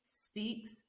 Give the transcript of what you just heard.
Speaks